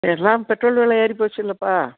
இப்போ எல்லாம் பெட்ரோல் வில ஏறி போச்சு இல்லைப்பா